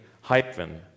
hyphen